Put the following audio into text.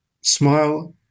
Smile